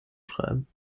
schreiben